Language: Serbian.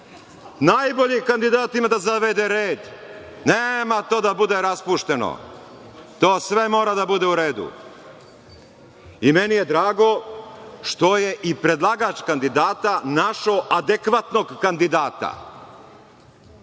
najbolji kandidat ima da zavede red. Nema to da bude raspušteno. To sve mora da bude u redu. Meni je drago što je i predlagač kandidata našao adekvatnog kandidata.Međutim,